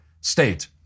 state